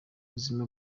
ubuzima